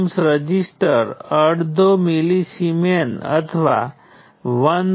voltage current સ્ત્રોત તે કેટલાક નોડ વચ્ચે જોડાયેલ છે જે મને આ નોડ 1 અને નોડ 2 અને નિયંત્રિત નોડને નોડ 3 અને નોડ 4 કહે છે